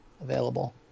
available